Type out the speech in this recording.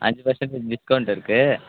அஞ்சு percentage discount இருக்குது